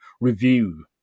review